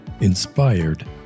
inspired